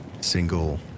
single